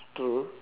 true